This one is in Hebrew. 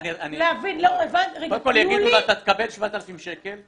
קודם כל יגידו: אתה תקבל 7,000 שקל.